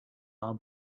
are